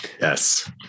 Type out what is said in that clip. yes